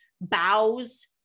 bows